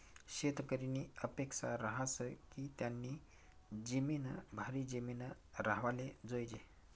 शेतकरीनी अपेक्सा रहास की त्यानी जिमीन भारी जिमीन राव्हाले जोयजे